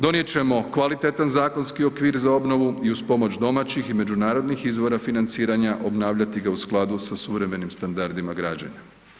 Donijet ćemo kvalitetan zakonski okvir za obnovu i uz pomoć domaćih i međunarodnih izvora financiranja obnavljati ga u skladu sa suvremenim standardima građenja.